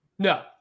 No